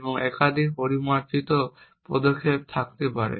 এবং একাধিক পরিমার্জন পদক্ষেপ থাকতে পারে